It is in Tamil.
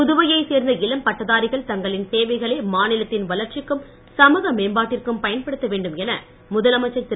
புதுவையைச் சேர்ந்த இளம் பட்டதாரிகள் தங்களின் சேவைகளை மாநிலத்தின் வளர்ச்சிக்கும் சமுக மேம்பாட்டிற்கும் பயன்படுத்த வேண்டும் என முதலமைச்சர் திரு